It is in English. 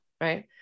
right